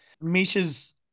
Misha's